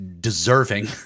deserving